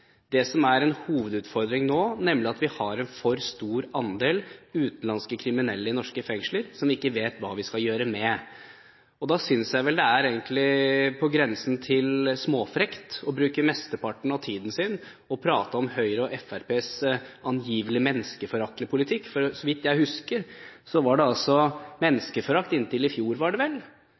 det som er en hovedutfordring nå, nemlig at vi har en for stor andel utenlandske kriminelle i norske fengsler som vi ikke vet hva vi skal gjøre med. Da synes jeg det er på grensen til småfrekt å bruke mesteparten av tiden på å prate om Høyres og Fremskrittspartiets angivelig menneskeforaktende politikk. Så vidt jeg husker, var det menneskeforakt inntil i fjor – med egne fengsler og avdelinger for utenlandske kriminelle – mens det